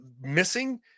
missing